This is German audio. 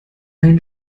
ein